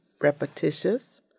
repetitious